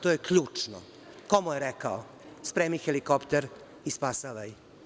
To je ključno, ko mu je rekao – spremi helikopter i spasavaj.